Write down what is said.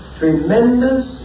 tremendous